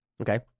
Okay